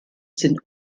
sind